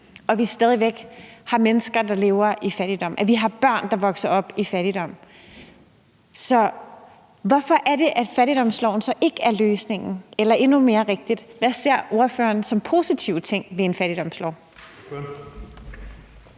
lande, stadig væk har mennesker, der lever i fattigdom, at vi har børn, der vokser op i fattigdom. Så hvorfor er det, at fattigdomsloven ikke er løsningen? Eller jeg kan stille et endnu mere rigtigt spørgsmål: Hvad ser ordføreren som positive ting ved en fattigdomslov?